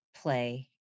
play